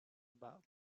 about